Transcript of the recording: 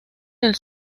del